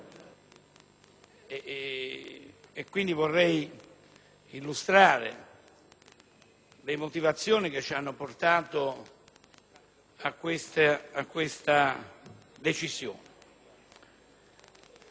quindi illustrare le motivazioni che ci hanno portato a questa decisione.